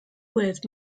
with